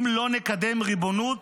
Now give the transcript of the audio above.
אם לא נקדם ריבונות,